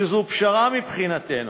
שזו פשרה מבחינתנו,